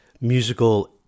musical